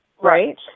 right